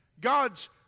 God's